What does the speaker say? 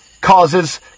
causes